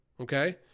Okay